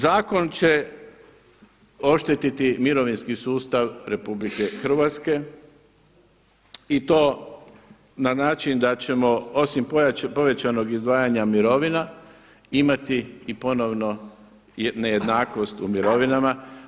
Zakon će oštetiti mirovinski sustav RH i to na način da ćemo osim povećanog izdvajanja mirovina imati i ponovno nejednakost u mirovinama.